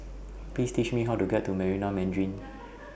Please teach Me How to get to Marina Mandarin